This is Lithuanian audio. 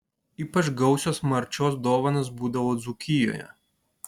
ypač gausios marčios dovanos būdavo dzūkijoje